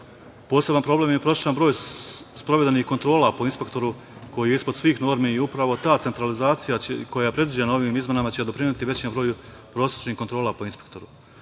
uprava. Poseban problem je prosečan broj sprovedenih kontrola po inspektoru koji je ispod svih normi upravo ta centralizacija koja je predviđena ovim izmenama će doprineti većem broju prosečnih kontrola po inspektoru.